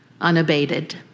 unabated